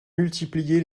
multiplié